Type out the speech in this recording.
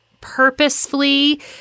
purposefully